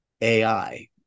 AI